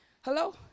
hello